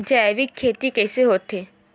जैविक खेती कइसे होथे?